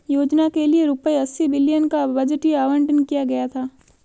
योजना के लिए रूपए अस्सी बिलियन का बजटीय आवंटन किया गया था